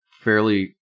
fairly